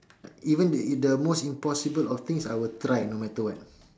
even the the most impossible of things I will try no matter what